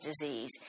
disease